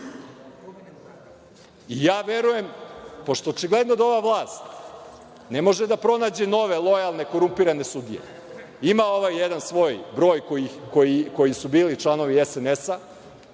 Ja verujem, pošto očigledno, ova vlast ne može da pronađe nove lojalne korumpirane sudije. Ima ovaj jedan svoj broj koji su bili članovi SNS.